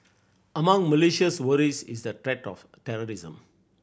among Malaysia's worries is the threat of terrorism